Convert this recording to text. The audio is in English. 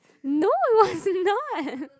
no I was not